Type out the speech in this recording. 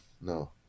No